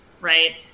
Right